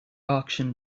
auction